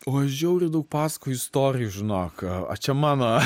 o aš žiauriai daug pasakoju istorijų žinok o čia mano